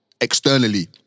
Externally